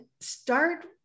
start